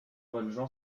valjean